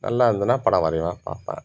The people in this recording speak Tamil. நல்லாருந்துதுன்னா படம் வரைவேன் பார்ப்பேன்